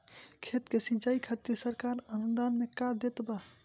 खेत के सिचाई खातिर सरकार अनुदान में का देत बा?